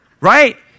Right